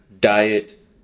diet